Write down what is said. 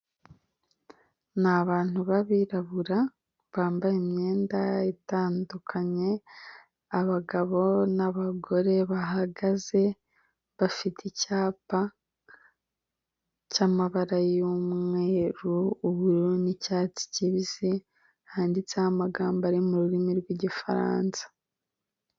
Ni abantu b'abirabura bambaye imyenda itandukanye, abagabo n'abagore bahagaze bafite icyapa cy'amabara y'umweru ubururu n'icyatsi kibisi, handitseho amagambo ari mu rurimi rw'igifaransa.